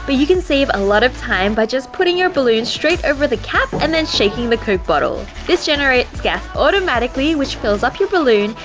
but you can save a lot of time by just putting your balloon straight over the cap, and then, shaking the coke bottle, this generates gas automatically, which fills up your balloon,